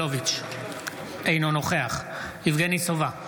סגלוביץ' אינו נוכח יבגני סובה,